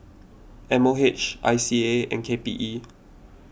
M O H I C A and K P E